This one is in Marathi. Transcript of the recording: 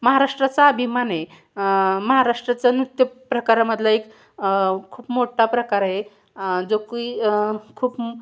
महाराष्ट्राचा अभिमान आहे महाराष्ट्राचा नृत्य प्रकारामधला एक खूप मोठा प्रकार आहे जो की खूप